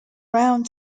round